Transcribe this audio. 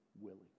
willing